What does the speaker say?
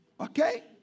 Okay